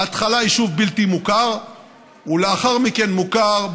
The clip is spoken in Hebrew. בהתחלה יישוב בלתי מוכר ולאחר מכן מוכר,